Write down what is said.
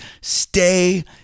stay